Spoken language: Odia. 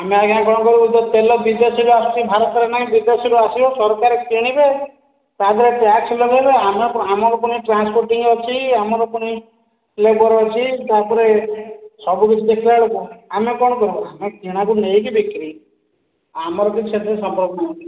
ଆମେ ଆଜ୍ଞା କଣ କହିବୁ ଏବେ ତେଲ ବିଦେଶରୁ ଆସୁଛି ଭାରତର ନାହିଁ ବିଦେଶରୁ ଆସିବ ସରକାର କିଣିବେ ତାପରେ ଟ୍ୟାକ୍ସ ଲଗେଇବେ ଆମର ପୁଣି ଟ୍ରାନ୍ସପୋଟିଂ ଅଛି ଆମର ପୁଣି ଲେବର ଅଛି ତାପରେ ସବୁ କିଛି ଦେଖିଲା ବେଳକୁ ଆମେ କଣ କରିବୁ କିଣା କୁ ନେଇକି ବିକ୍ରି ଆମର କିଛି ସେଥିରେ ସମ୍ପର୍କ ନାହିଁ